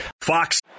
Fox